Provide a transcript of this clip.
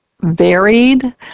varied